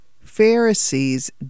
Pharisees